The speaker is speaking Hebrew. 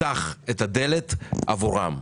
תפתח את הדלת עבורם.